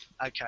Okay